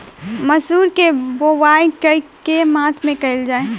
मसूर केँ बोवाई केँ के मास मे कैल जाए?